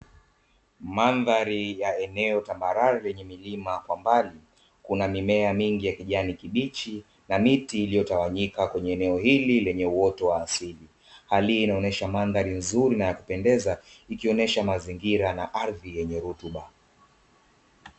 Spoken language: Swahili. Mandhari ya eneo tambarare lenye milima kwa mbali, kuna mimea mingi ya kijani kibichi na miti iliyotawanyika kwenye eneo hilo lenye uoto wa asili, hali hii inaonyesha mandhari nzuri na ya kupendeza ikionyesha mazingira na ardhi yenye rutuba.